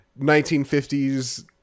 1950s